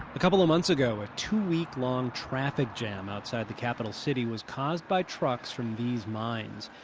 a couple of months ago, a two week-long traffic jam outside the capital city was caused by trucks from these mines.